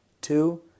Two